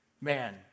man